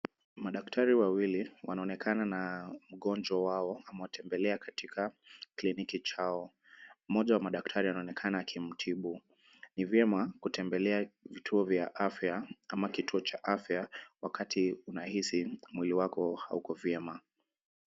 Madaktari wawili wanaonekana na mgonjwa wao amewatembelea katika kliniki chao. Mmoja wa madaktari anaonekana akimtibu. Ni vyema kutembelea vituo vya afya ama kituo cha afya wakati unahisi mwili wako hauko vyema.